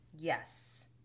yes